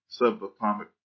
subatomic